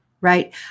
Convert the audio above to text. right